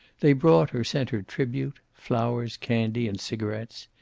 they brought or sent her tribute, flowers, candy, and cigarets.